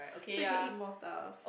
so you can eat more stuff